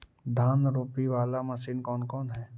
धान रोपी बाला मशिन कौन कौन है?